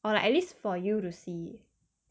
or like at least for you to see